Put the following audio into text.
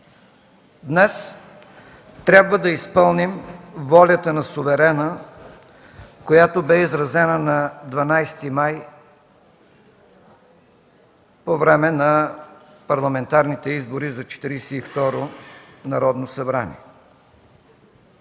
Днес трябва да изпълним волята на суверена, която бе изразена на 12 май 2013 г. по време на парламентарните избори за Четиридесет и